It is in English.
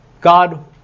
God